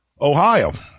Ohio